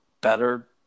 better